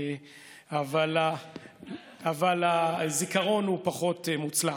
אבל הזיכרון הוא פחות מוצלח,